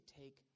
take